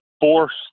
force